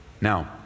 Now